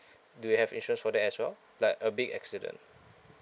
do you have insurance for that as well like a big accident